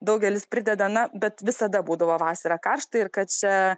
daugelis prideda na bet visada būdavo vasarą karšta ir kad čia